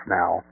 now